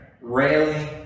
railing